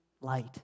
light